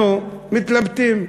אנחנו מתלבטים.